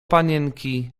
panienki